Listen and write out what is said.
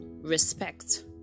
respect